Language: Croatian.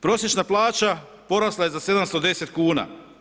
Prosječna plaća porasla je za 710 kn.